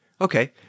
Okay